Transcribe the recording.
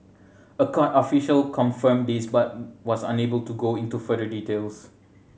a court official confirmed this but was unable to go into further details